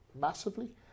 massively